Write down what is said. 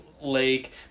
lake